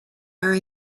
are